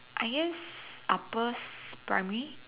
I guess upper primary